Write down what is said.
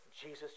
Jesus